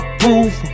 proof